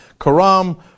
karam